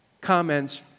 comments